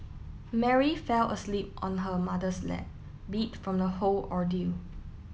Mary fell asleep on her mother's lap beat from the whole ordeal